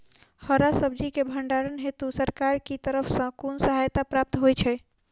हरा सब्जी केँ भण्डारण हेतु सरकार की तरफ सँ कुन सहायता प्राप्त होइ छै?